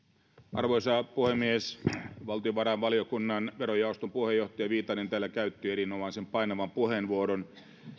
arvoisa puhemies valtiovarainvaliokunnan verojaoston puheenjohtaja viitanen täällä käytti erinomaisen painavan puheenvuoron